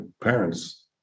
parents